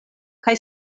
kaj